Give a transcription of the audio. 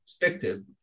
perspective